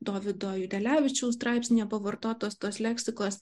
dovydo judelevičiaus straipsnyje pavartotos tos leksikos